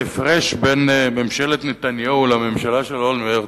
ההפרש בין ממשלת נתניהו לממשלה של אולמרט